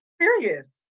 serious